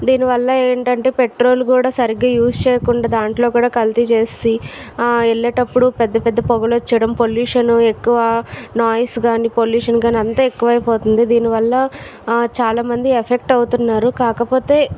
దీనివల్ల ఏంటంటే పెట్రోల్ కూడా సరిగ్గా యూస్ చేయకుండా దాంట్లో కూడా కల్తీ చేసి వెళ్ళేటప్పుడు పెద్దపెద్ద పొగలు వచ్చేయడం పొల్యూషన్ ఎక్కువ నాయిస్ కానీ పొల్యూషన్ కానీ అంత ఎక్కువ అయిపోతుంది దీనివల్ల చాలామంది ఎఫెక్ట్ అవుతున్నారు కాకపోతే